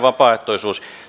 vapaaehtoisuus